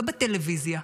לא בטלוויזיה,